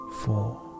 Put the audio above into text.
four